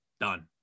done